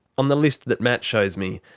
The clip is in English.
on the list that matt shows me,